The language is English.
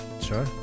Sure